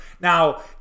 now